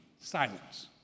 Silence